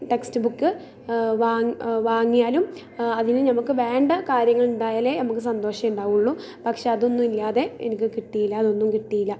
text book വാങ്ങിയാലും അതിന് നമുക്ക് വേണ്ട കാര്യങ്ങൾ ഉണ്ടായാലേ നമുക്ക് സന്തോഷം ഉണ്ടാവുകയുള്ളൂ പക്ഷെ അതൊന്നുമില്ലാതെ എനിക്ക് കിട്ടീല അതൊന്നും കിട്ടീല